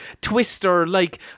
twister-like